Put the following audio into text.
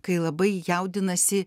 kai labai jaudinasi